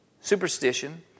superstition